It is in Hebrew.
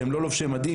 שהם לא לובשי מדים,